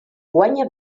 guanya